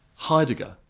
heidegger,